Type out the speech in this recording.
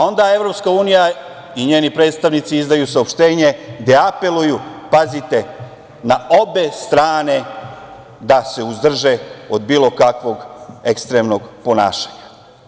Onda, EU i njeni predstavnici izdaju saopštenje gde apeluju, pazite, na obe strane da se uzdrže od bilo kakvog ekstremnog ponašanja.